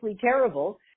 terrible